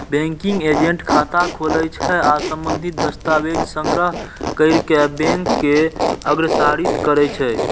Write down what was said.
banking agent खाता खोलै छै आ संबंधित दस्तावेज संग्रह कैर कें बैंक के अग्रसारित करै छै